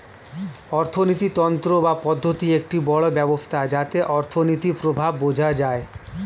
অর্থিনীতি তন্ত্র বা পদ্ধতি একটি বড় ব্যবস্থা যাতে অর্থনীতির প্রভাব বোঝা যায়